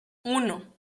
uno